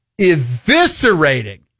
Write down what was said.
eviscerating